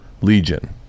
Legion